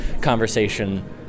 conversation